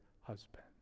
husband